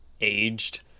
aged